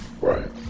right